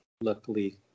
luckily